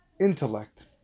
intellect